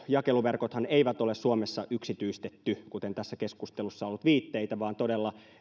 jakeluverkkojahan ei ole suomessa yksityistetty kuten tässä keskustelussa on ollut viitteitä vaan todella